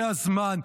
זה הזמן.